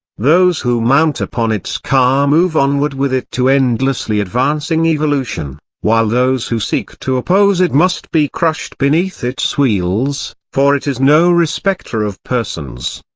those who mount upon its car move onward with it to endlessly advancing evolution, while those who seek to oppose it must be crushed beneath its wheels, for it is no respecter of persons.